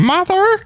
Mother